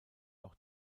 auch